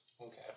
Okay